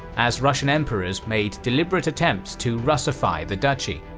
as russian emperors made deliberate attempts to russify the duchy.